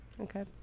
okay